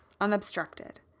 unobstructed